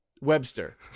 Webster